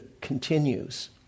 continues